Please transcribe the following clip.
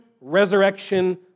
resurrection